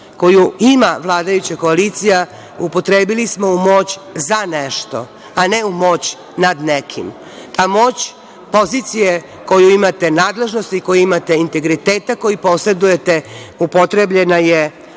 koju ima vladajuća koalicija, upotrebili smo u moć za nešto, a ne u moć nad nekim. Ta moć pozicije koju imate nadležnosti, koju imate integriteta koji posedujete, upotrebljena je